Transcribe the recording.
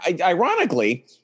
ironically